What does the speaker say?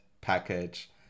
package